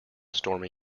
stormy